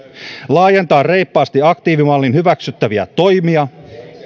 laajentaa reippaasti aktiivimalliin hyväksyttäviä toimia